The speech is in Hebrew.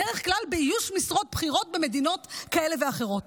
בדרך כלל באיוש משרות בכירות במדינות כאלה ואחרות.